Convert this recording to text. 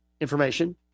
information